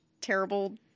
terrible